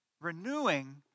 renewing